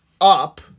up